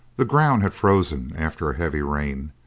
the ground had frozen after a heavy rain,